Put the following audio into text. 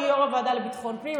אני יו"ר הוועדה לביטחון הפנים,